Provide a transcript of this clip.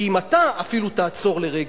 כי אם אתה אפילו תעצור לרגע,